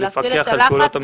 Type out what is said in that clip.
לפקח על פעולות הממשלה.